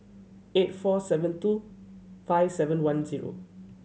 eight four seven two five seven one zero